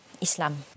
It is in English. Islam